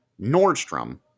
Nordstrom